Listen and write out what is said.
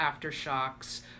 aftershocks